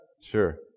Sure